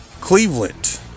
Cleveland